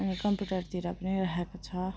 अनि कम्प्युटरतिर पनि राखेको छ